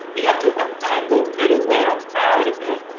you have to untangle middleware out of it.